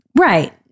Right